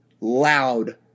loud